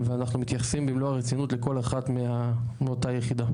ואנחנו מתייחסים במלוא הרצינות לכל אחת מאותה יחידה.